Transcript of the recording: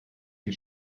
sie